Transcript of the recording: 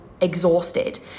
exhausted